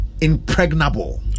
impregnable